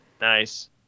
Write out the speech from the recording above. Nice